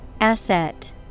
Asset